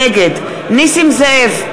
נגד נסים זאב,